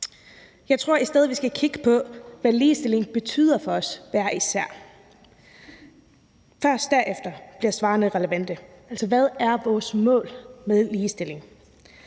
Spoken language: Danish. Jeg tror i stedet, vi skal kigge på, hvad ligestilling betyder for os hver især. Først derefter bliver svarene relevante. Altså, hvad er vores mål med ligestilling?